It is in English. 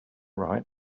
right